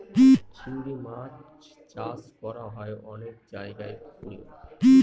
চিংড়ি মাছ চাষ করা হয় অনেক জায়গায় পুকুরেও